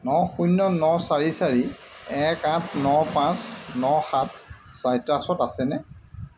ন শূন্য ন চাৰি চাৰি এক আঠ ন পাঁচ ন সাত চাইট্ৰাছত আছেনে